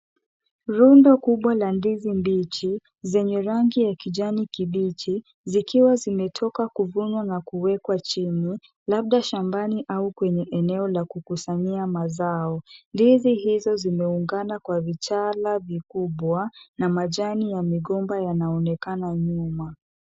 Rundo kubwa la ndizi mbichi, zenye rangi la kijani kibichi, zikiwa zimetoka kuvunwa na kuwekwa chini, labda shambani au kwenye eneo la kukusanyia mazao. Ndizi hizo zimeungana kwa vichana vikubwa na majani ya migomba yanaonekana nyuma.